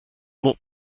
not